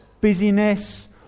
busyness